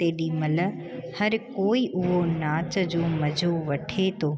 तेॾी महिल हर कोई उहो नाच जो मज़ो वठे थो